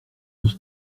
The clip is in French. tous